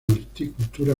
horticultura